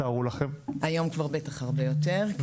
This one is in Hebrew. תארו לכם --- היום כבר בטח הרבה יותר.